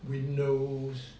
windows